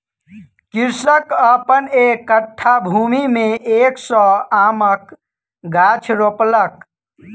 कृषक अपन एक कट्ठा भूमि में एक सौ आमक गाछ रोपलक